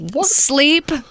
Sleep